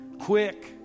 quick